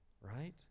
right